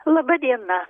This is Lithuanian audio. laba diena